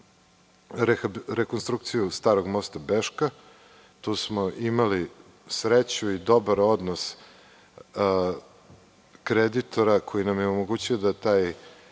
rekonstrukciju starog mosta Beška. Tu smo imali sreću i dobar odnos kreditora koji nam je omogućio da taj